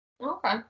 Okay